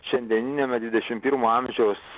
šiandieniniame dvidešim pirmo amžiaus